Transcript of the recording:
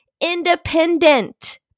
Independent